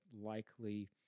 likely